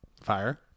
Fire